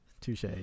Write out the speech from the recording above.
Touche